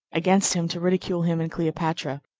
against him to ridicule him and cleopatra,